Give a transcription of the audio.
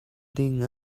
ding